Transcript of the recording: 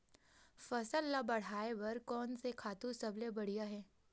फसल ला बढ़ाए बर कोन से खातु सबले बढ़िया हे?